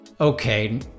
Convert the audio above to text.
Okay